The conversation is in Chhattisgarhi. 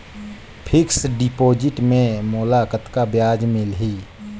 फिक्स्ड डिपॉजिट मे मोला कतका ब्याज मिलही?